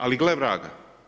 Ali gle vraga.